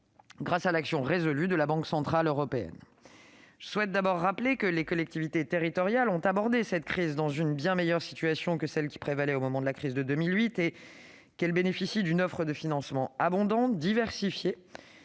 grâce à l'action résolue de la Banque centrale européenne. Je souhaite d'abord rappeler que les collectivités territoriales ont abordé cette crise dans une bien meilleure situation que celle qui prévalait au moment de la crise de 2008 et qu'elles bénéficient d'une offre de financement abondante, diversifiée